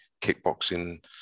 kickboxing